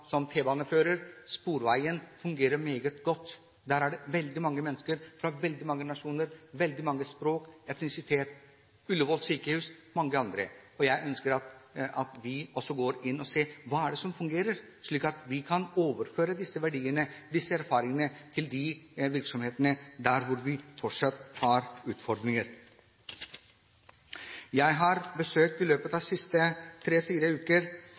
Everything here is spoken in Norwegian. fungerer meget godt. Der er det veldig mange mennesker fra veldig mange nasjoner, med veldig mange språk og av ulik etnisitet. Vi har Ullevål sykehus og mange andre. Jeg ønsker at vi også går inn og ser på hva som fungerer, slik at vi kan overføre disse verdiene, disse erfaringene, til de virksomhetene der vi fortsatt har utfordringer. Jeg har i løpet av de siste tre–fire uker